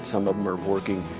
some of them are working